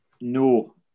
No